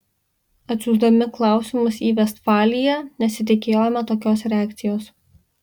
atsiųsdami klausimus į vestfaliją nesitikėjome tokios reakcijos